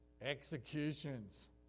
executions